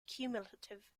cumulative